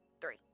Three